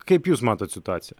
kaip jūs matot situaciją